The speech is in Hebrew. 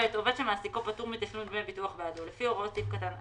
(ב)עובד שמעסיקו פטור משתלום דמי ביטוח בעדו לפי הוראות סעיף קטן (א),